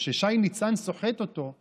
ששי ניצן סוחט אותו,